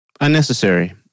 unnecessary